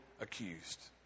accused